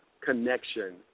connection